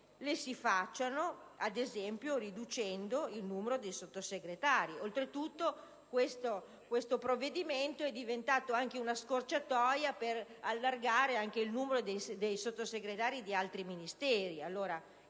le si facciano, ad esempio, riducendo il numero dei Sottosegretari. Oltretutto, questo provvedimento è diventato anche una scorciatoia per allargare il numero dei Sottosegretari di altri Ministeri;